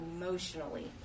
emotionally